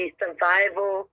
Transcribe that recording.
survival